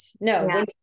No